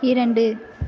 இரண்டு